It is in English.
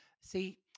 See